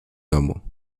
domu